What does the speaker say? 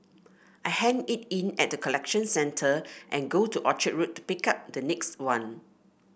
I hand it in at the collection centre and go to Orchard Road pick up the next one